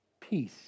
peace